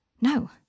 No